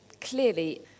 clearly